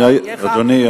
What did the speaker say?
אדוני,